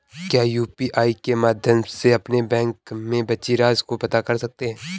क्या यू.पी.आई के माध्यम से अपने बैंक में बची राशि को पता कर सकते हैं?